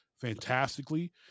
fantastically